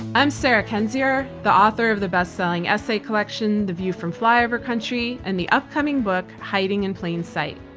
i'm sarah kendzior, the author of the best-selling essay collection, the view from flyover country and the upcoming book hiding in plain sight.